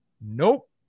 Nope